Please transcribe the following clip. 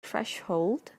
threshold